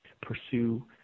pursue